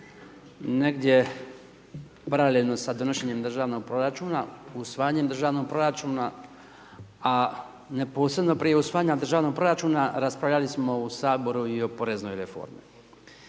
negdje pravljeno sa donošenjem državnog proračuna, usvajanjem državnog proračuna, a neposredno prije usvajanja državnog proračuna, raspravljali smo u Saboru i o poreznoj reformi.